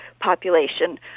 population